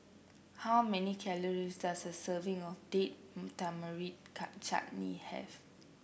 how many calories does a serving of Date Tamarind Chutney have